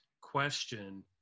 question